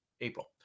April